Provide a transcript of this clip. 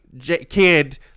kid